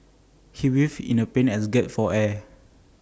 he writhed in A pain as gasped for air